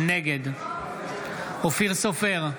נגד אופיר סופר,